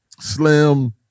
Slim